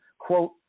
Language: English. quote